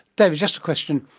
david, just a question,